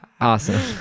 awesome